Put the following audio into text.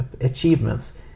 achievements